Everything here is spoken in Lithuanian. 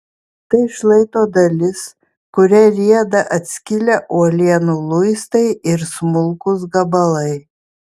tai šlaito dalis kuria rieda atskilę uolienų luistai ir smulkūs gabalai